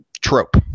trope